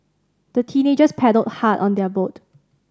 the teenagers paddled hard on their boat